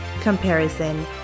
comparison